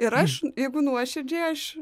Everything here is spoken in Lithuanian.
ir aš jeigu nuoširdžiai aš